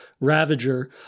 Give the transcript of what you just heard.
Ravager